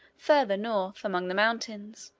further north, among the mountains.